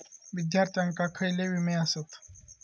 विद्यार्थ्यांका खयले विमे आसत?